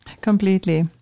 Completely